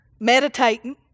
Meditating